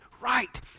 right